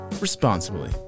responsibly